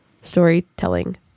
storytelling